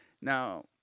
Now